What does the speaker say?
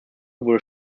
wurde